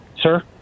Sir